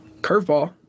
Curveball